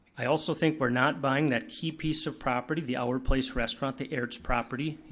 i also think we're not buying that key piece of property, the our place restaurant, the arts property.